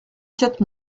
quatre